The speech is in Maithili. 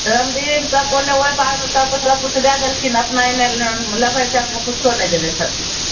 रमदीव सबके ओने ओहि पारमे सबकोई सबकिछु दै देलखिन अपना एने ल लैभर सबमे किछो नहि देने छथिन